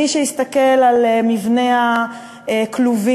מי שיסתכל על מבנה הכלובים,